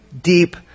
deep